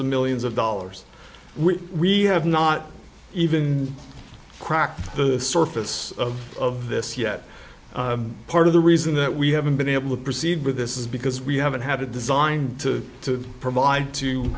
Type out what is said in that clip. of millions of dollars when we have not even cracked the surface of this yet part of the reason that we haven't been able to proceed with this is because we haven't had a design to provide to